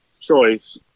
choice